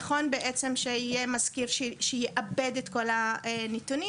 נכון בעצם שיהי מזכיר שיעבד את כל הנתונים